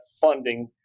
funding